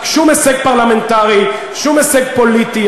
שום הישג פרלמנטרי, שום הישג פוליטי.